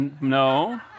no